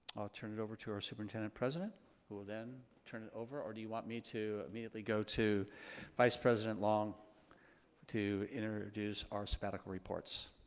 turn it over to our superintendent president who will then turn it over or do you want me to immediately go to vice president long to introduce our sabbatical reports?